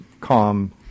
calm